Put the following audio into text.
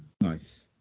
Nice